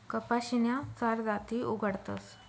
कपाशीन्या चार जाती उगाडतस